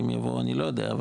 אם הם יבואו אני לא יודע.